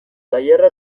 tailerra